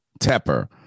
Tepper